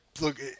Look